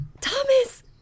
Thomas